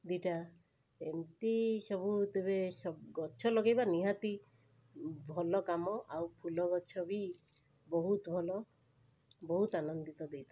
ଦୁଇଟା ଏମିତି ସବୁ ତେବେ ଗଛ ଲଗାଇବା ନିହାତି ଭଲକାମ ଆଉ ଫୁଲଗଛ ବି ବହୁତ ଭଲ ବହୁତ ଆନନ୍ଦିତ ଦେଇଥାଏ